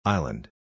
Island